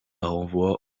renvoie